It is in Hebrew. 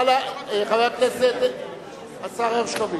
חבר הכנסת השר הרשקוביץ.